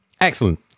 Excellent